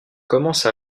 commence